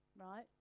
right